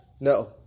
No